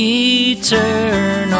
eternal